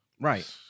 Right